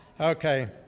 okay